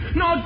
no